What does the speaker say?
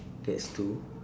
that's two